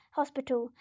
hospital